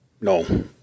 No